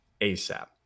ASAP